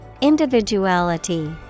Individuality